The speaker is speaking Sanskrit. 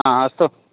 हा अस्तु